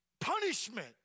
punishment